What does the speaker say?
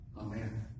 Amen